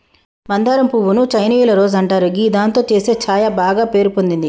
మందారం పువ్వు ను చైనీయుల రోజ్ అంటారు గిదాంతో చేసే ఛాయ బాగ పేరు పొందింది